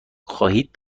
خواهید